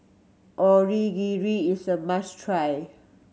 onigiri is a must try